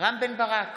רם בן ברק,